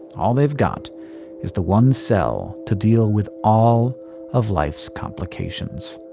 all they've got is the one cell to deal with all of life's complications.